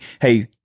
Hey